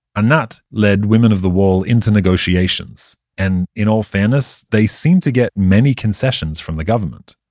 anat led women of the wall into negotiations. and, in all fairness, they seemed to get many concessions from the government.